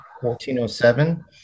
1407